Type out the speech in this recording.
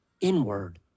inward